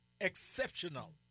exceptional